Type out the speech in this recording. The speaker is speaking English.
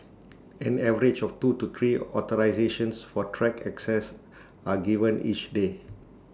an average of two to three authorisations for track access are given each day